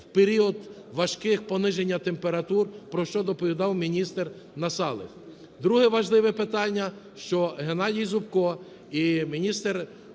в період важких пониження температур, про що доповідав міністрНасалик. Друге важливе питання, що ГеннадійЗубко і міністр